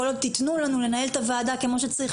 כל עוד תיתנו לנו לנהל את הוועדה כמו שצריך,